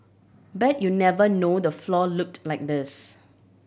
bet you never know the floor looked like this